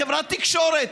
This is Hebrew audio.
מחברת תקשורת,